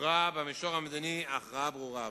הוכרעה במישור המדיני הכרעה ברורה.